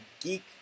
geek